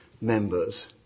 members